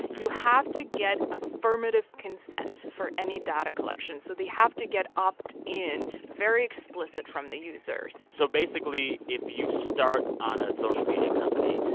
you have to get affirmative consent for any data collection. so they have to get opt in very explicit from their users so basically, if you start on a social media company,